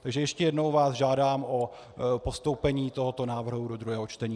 Takže ještě jednou vás žádám o postoupení tohoto návrhu do druhého čtení.